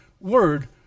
word